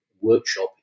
workshop